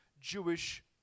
Jewish